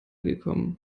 gekommen